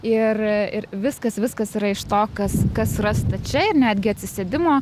ir ir viskas viskas yra iš to kas kas rasta čia ir netgi atsisėdimo